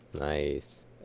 Nice